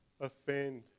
offend